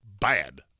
bad